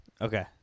Okay